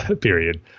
period